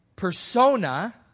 persona